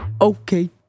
Okay